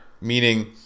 meaning